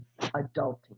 adulting